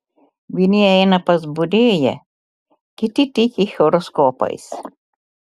vieni eina pas būrėją kiti tiki horoskopais